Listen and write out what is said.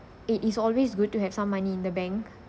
it is always good to have some money in the bank